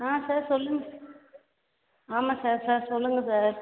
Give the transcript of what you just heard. ஆ sir சொல்லுங்கள் ஆமாம் sir sir சொல்லுங்கள் சார்